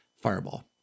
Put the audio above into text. Fireball